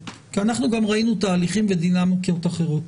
כי אנחנו גם ראינו תהליכים ודינמיקות אחרות